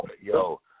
Yo